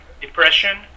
depression